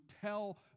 tell